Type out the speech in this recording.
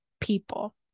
people